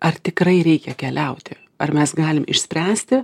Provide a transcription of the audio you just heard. ar tikrai reikia keliauti ar mes galim išspręsti